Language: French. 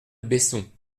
besson